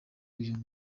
uyu